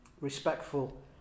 respectful